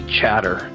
chatter